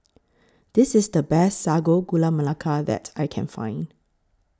This IS The Best Sago Gula Melaka that I Can Find